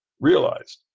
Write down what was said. realized